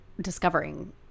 discovering